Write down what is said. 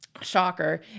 Shocker